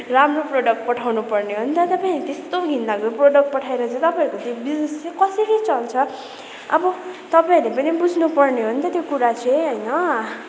राम्रो प्रडक्ट पठाउनपर्ने हो नि त तपाईँहरूले त्यस्तो घनलाग्दो प्रडक्ट पठाएर चाहिँ तपाईँहरूको त्यो बिजनेस चाहिँ कसरी चल्छ अब तपाईँहरूले पनि बुझ्नुपर्ने हो नि त त्यो कुरा चाहिँ होइन